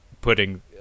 putting